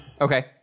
Okay